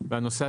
דיבידנדים.